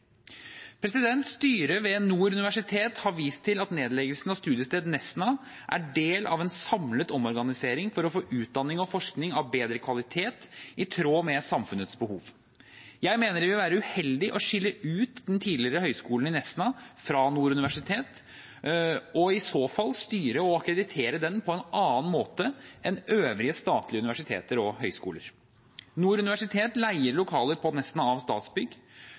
Styret ved Nord universitet har vist til at nedleggelsen av studiested Nesna er del av en samlet omorganisering for å få utdanning og forskning av bedre kvalitet i tråd med samfunnets behov. Jeg mener det vil være uheldig å skille ut den tidligere Høgskolen i Nesna fra Nord universitet og i så fall styre og akkreditere den på en annen måte enn øvrige statlige universiteter og høyskoler. Nord universitet leier lokaler på Nesna av Statsbygg.